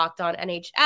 LOCKEDONNHL